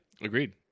agreed